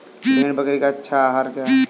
भेड़ बकरी का अच्छा आहार क्या है?